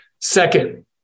Second